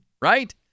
right